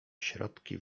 środki